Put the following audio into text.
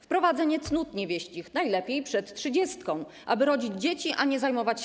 Wprowadzenie cnót niewieścich, najlepiej przed trzydziestką, aby rodzić dzieci, a nie zajmować się